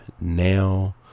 now